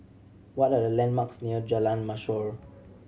what are the landmarks near Jalan Mashor